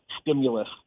stimulus